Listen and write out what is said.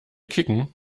kicken